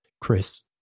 Chris